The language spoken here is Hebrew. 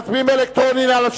מצביעים אלקטרונית, בבקשה.